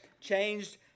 changed